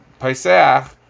Paisach